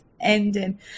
ending